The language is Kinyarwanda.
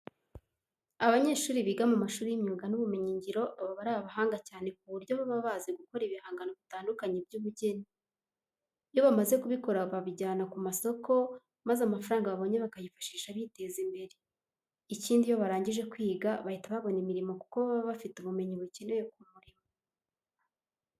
Abanyeshuri biga mu mashuri y'imyuga n'ubumenyingiro baba ari abahanga cyane ku buryo baba bazi gukora ibihangano bitandukanye by'ubugeni. Iyo bamaze kubikora babijyana ku masoko maza amafaranga babonye bakayifashisha biteza imbere. Ikindi, iyo barangije kwiga bahita babona imirimo kuko baba bafite ubumenyi bukenewe ku murimo.